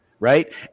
Right